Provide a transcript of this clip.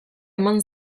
eman